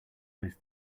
weighs